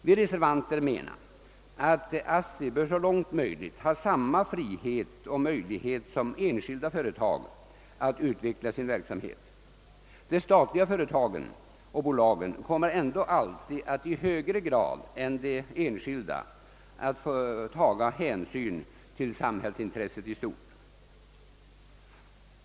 Vi reservanter menar att ASSI bör så långt möjligt ha samma frihet och möjlighet som enskilda företag att utveckla sin verksamhet. De statliga företagen och bolagen kommer ändå alltid att i högre grad än de enskilda få ta hänsyn till samhällsintresset i stort.